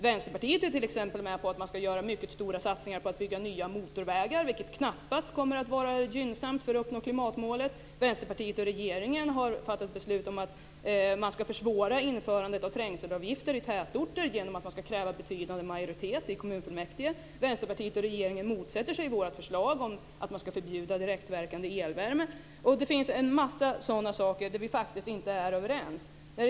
Vänsterpartiet är t.ex. med på att man ska göra mycket stora satsningar på att bygga nya motorvägar, vilket väl knappast kommer att vara gynnsamt när det gäller att uppnå klimatmålet. Vänsterpartiet och regeringen har också fattat beslut om att försvåra införandet av trängselavgifter i tätorter genom krav på en betydande majoritet i kommunfullmäktige. Vänsterpartiet och regeringen motsätter sig vårt förslag om att man ska förbjuda direktverkande elvärme. Det finns en massa sådana saker som vi faktiskt inte är överens om.